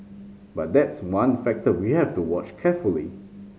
but that's one factor we have to watch carefully